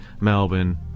melbourne